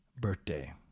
birthday